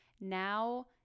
now